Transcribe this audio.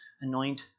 anoint